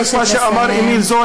אני אומר את מה אמר אמיל זולא: